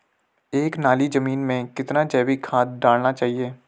एक नाली जमीन में कितना जैविक खाद डालना चाहिए?